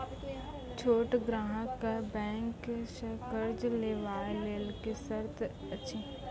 छोट ग्राहक कअ बैंक सऽ कर्ज लेवाक लेल की सर्त अछि?